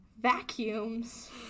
vacuums